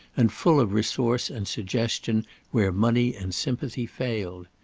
and full of resource and suggestion where money and sympathy failed.